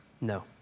No